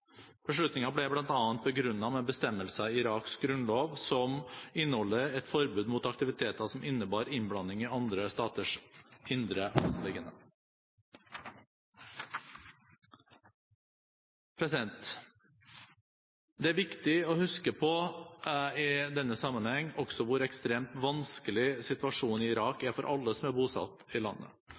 ble bl.a. begrunnet med bestemmelser i Iraks grunnlov, som inneholder et forbud mot aktiviteter som innebærer innblanding i andre staters indre anliggender. Det er også viktig å huske på i denne sammenheng hvor ekstremt vanskelig situasjonen i Irak er for alle som er bosatt i landet.